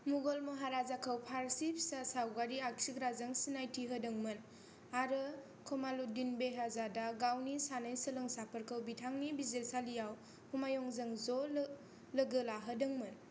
मुगल महाराजाखौ फारसी फिसा सावगारि आखिग्राजों सिनायथि होदों मोन आरो कमालुद्दीन बेहज़ादआ गावनि सानै सोलोंसाफोरखौ बिथांनि बिजिरसालियाव हुमायूँजों ज' लोगोलाहोदोंमोन